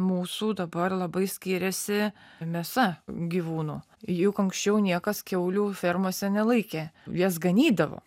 mūsų dabar labai skiriasi mėsa gyvūnų juk anksčiau niekas kiaulių fermose nelaikė jas ganydavo